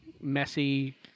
messy